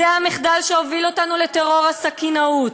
זה המחדל שהוביל אותנו לטרור הסכינאות,